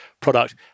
product